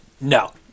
No